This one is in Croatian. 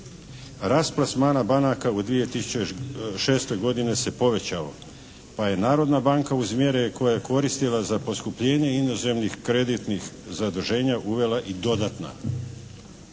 rast plasmana banaka u 2006. godini se povećao pa je Narodna banka uz mjere koje je koristila za poskupljenje inozemnih kreditnih zaduženja uvela i dodatna.